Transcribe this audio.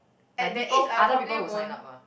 at that age I probably won't